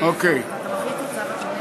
הרווחה והבריאות